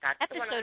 episode